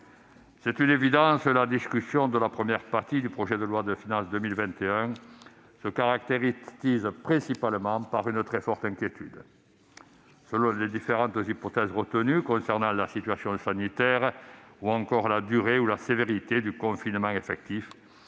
C'est une évidence, la discussion de la première partie du projet de loi de finances pour 2021 se caractérise principalement par une très forte inquiétude. Selon les différentes hypothèses retenues concernant la situation sanitaire ou encore la durée ou la sévérité du confinement effectif,